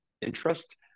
interest